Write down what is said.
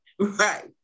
Right